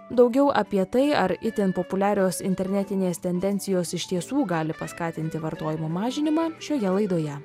daugiau apie tai ar itin populiarios internetinės tendencijos iš tiesų gali paskatinti vartojimo mažinimą šioje laidoje